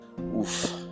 Oof